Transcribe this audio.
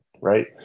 right